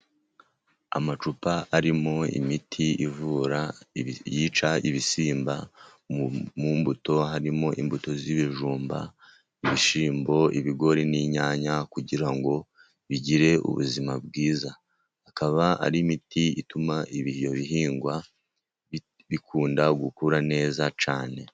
Amacupa arimo imiti ivura yica ibisimba mu mbuto, harimo imbuto z'ibijumba, ibishyimbo, ibigori n'inyanya, kugira ngo bigire ubuzima bwiza. Akaba ari imiti ituma ibi bihingwa bikunda gukura neza cyane.